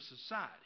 society